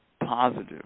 positive